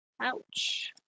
Ouch